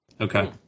okay